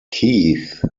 keith